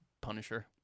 Punisher